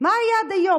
מה היה עד היום?